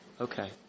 okay